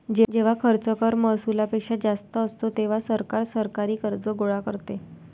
जेव्हा खर्च कर महसुलापेक्षा जास्त असतो, तेव्हा सरकार सरकारी कर्ज गोळा करते